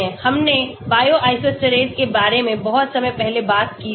हमने bioisostere के बारे में बहुत समय पहले बात की थी